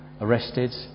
arrested